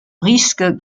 risque